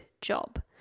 job